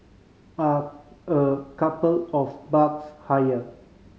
are a couple of bucks higher